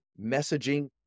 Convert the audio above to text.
messaging